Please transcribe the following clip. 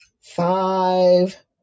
five